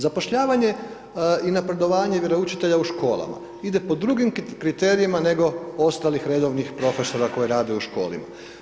Zapošljavanje i napredovanje vjeroučitelja u školama ide po drugim kriterijima nego ostalih redovnih profesora koji rade u školi.